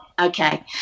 okay